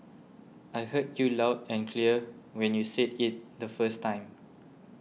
I heard you loud and clear when you said it the first time